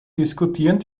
diskutierten